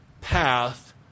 path